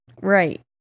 Right